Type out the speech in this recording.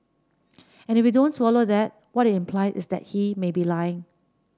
and if we don't swallow that what it implies is that he may be lying